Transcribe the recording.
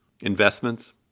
investments